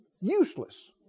useless